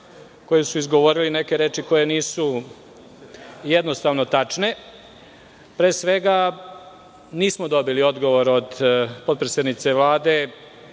koje su izgovorile neke reči koje jednostavno nisu tačne. Pre svega, nismo dobili odgovor od potpredsednice Vlade